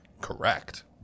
correct